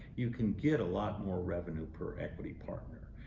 you can get a lot more revenue per equity partner.